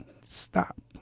stop